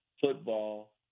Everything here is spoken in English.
football